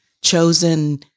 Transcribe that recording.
chosen